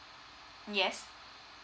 yes